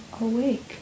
awake